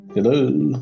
Hello